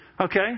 Okay